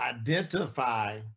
identify